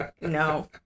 No